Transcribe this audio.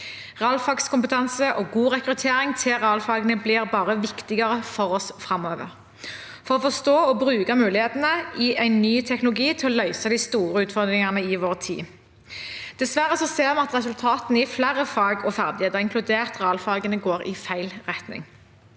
Realfagskompetanse og god rekruttering til realfagene blir bare viktigere for oss framover for å forstå og bruke mulighetene i en ny teknologi til å løse de store utfordringene i vår tid. Dessverre ser vi at resultatene i flere fag og ferdigheter, inkludert realfagene, går i feil retning.